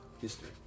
history